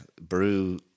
Brew